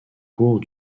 cours